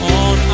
on